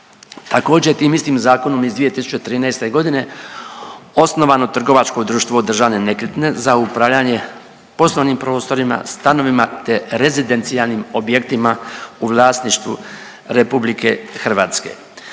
Također, tim istim zakonom iz 2013. godine osnovano trgovačko društvo Državne nekretnine za upravljanje poslovnim prostorima, stanovima te rezidencijalnim objektima u vlasništvu RH.